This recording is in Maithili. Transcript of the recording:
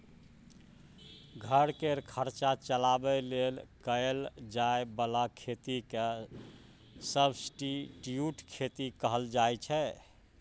घर केर खर्चा चलाबे लेल कएल जाए बला खेती केँ सब्सटीट्युट खेती कहल जाइ छै